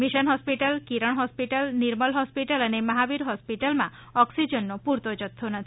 mission hospital Kiran hospital Nirmal hospital અને મહાવીર હોસ્પિટલમાં પુરતો ઑક્સિજનનો જથ્થો નથી